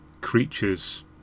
creatures